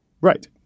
Right